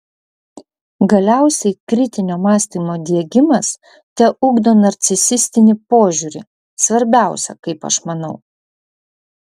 galiausiai kritinio mąstymo diegimas teugdo narcisistinį požiūrį svarbiausia kaip aš manau